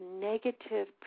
negative